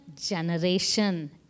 generation